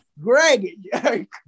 Greg